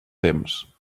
temps